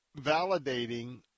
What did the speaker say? validating